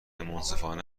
منصفانه